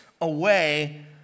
away